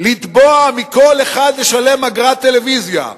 לתבוע מכל אחד לשלם אגרת טלוויזיה.